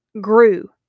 grew